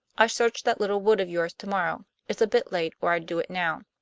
i search that little wood of yours to-morrow. it's a bit late, or i'd do it now.